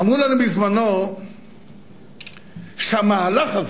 אמרו לנו בזמנו שהמהלך הזה,